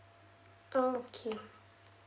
okay